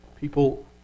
People